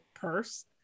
purse